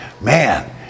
man